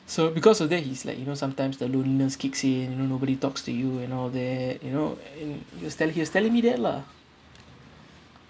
so because of that he's like you know sometimes the loneliness kicks in you know nobody talks to you and all that you know and he was tell~ he was telling me that lah